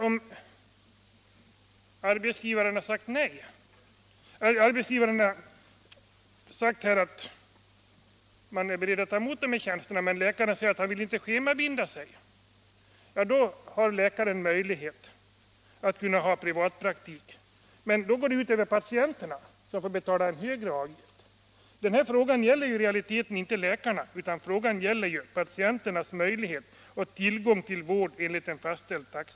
Om arbetsgivaren har sagt att man är beredd att ta emot dessa tjänster, men läkaren säger att han inte vill schemabinda sig, då har läkaren ändå möjlighet att ha privatpraktik. Men i detta fall går det ut över patienterna, som får betala högre avgift. Denna fråga gäller i realiteten inte läkarna utan patienternas möjligheter och tillgång till vård enligt en fastställd taxa.